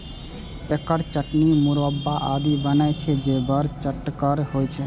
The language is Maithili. एकर चटनी, मुरब्बा आदि बनै छै, जे बड़ चहटगर होइ छै